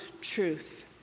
truth